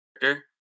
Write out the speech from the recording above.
character